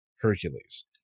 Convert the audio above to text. Hercules